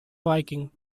viking